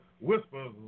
whispers